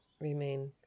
remain